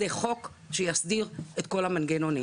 זה חוק שיסדיר את כל המנגנונים.